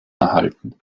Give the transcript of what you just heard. erhalten